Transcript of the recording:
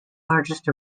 largest